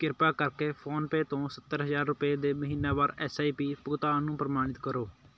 ਕਿਰਪਾ ਕਰਕੇ ਫੋਨਪੇ ਤੋਂ ਸੱਤਰ ਹਜ਼ਾਰ ਰੁਪਏ ਦੇ ਮਹੀਨਾਵਾਰ ਐਸ ਆਈ ਪੀ ਭੁਗਤਾਨ ਨੂੰ ਪ੍ਰਮਾਣਿਤ ਕਰੋ